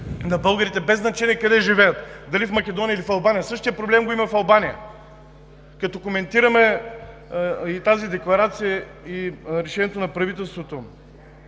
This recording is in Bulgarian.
на българите, без значение къде живеят – дали в Македония, или в Албания. Същият проблем го има в Албания. Като коментираме и тази декларация, и решението на правителството